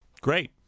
Great